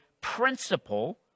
principle